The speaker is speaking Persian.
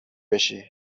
بشی